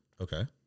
Okay